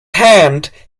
hand